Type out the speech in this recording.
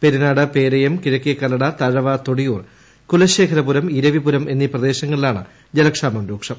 പെരിനാട് പേരയം കിഴക്കേകല്ലട തഴവ തൊടിയൂർ കുലശേഖരപുരം ഇരവിപുരം എന്നീ പ്രദേശങ്ങളിലാണ് ജലക്ഷാമം രൂക്ഷം